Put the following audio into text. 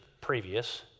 previous